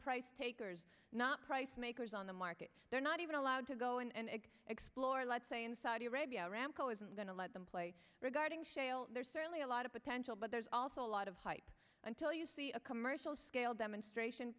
price takers not price makers on the market they're not even allowed to go in and explore let's say in saudi arabia rambo isn't going to let them play regarding shale there's certainly a lot of potential but there's also a lot of hype until you see a commercial scale